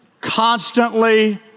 constantly